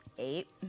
Eight